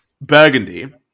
Burgundy